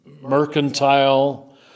mercantile